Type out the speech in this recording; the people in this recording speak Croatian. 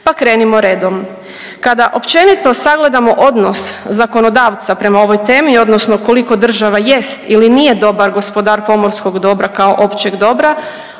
pa krenimo redom. Kada općenito sagledamo odnos zakonodavca prema ovoj temi odnosno koliko država jest ili nije dobar gospodar pomorskog dobra kao općeg dobra,